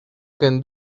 can